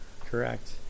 Correct